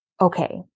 okay